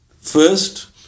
First